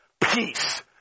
peace